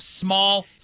small